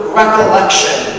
recollection